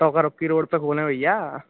सौकर अस्सी रोड पर कौन है भैया